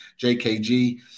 JKG